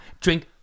Drink